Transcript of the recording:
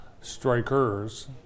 strikers